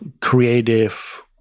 Creative